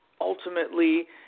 Ultimately